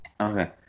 okay